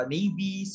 Navy